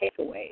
takeaways